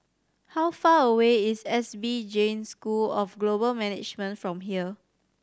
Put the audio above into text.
how far away is S P Jain School of Global Management from here